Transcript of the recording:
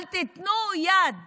אל תיתנו יד